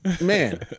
Man